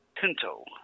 Pinto